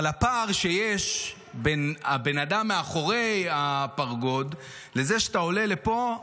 אבל הפער שיש בין הבן אדם מאחורי הפרגוד לזה שעולה פה,